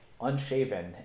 unshaven